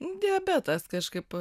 diabetas kažkaip